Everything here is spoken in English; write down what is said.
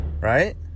Right